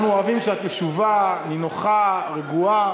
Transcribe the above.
אנחנו אוהבים שאת ישובה, נינוחה, רגועה.